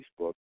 Facebook